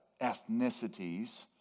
ethnicities